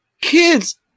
kids